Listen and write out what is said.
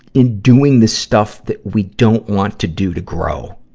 in doing the stuff that we don't want to do to grow,